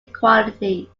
quality